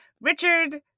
Richard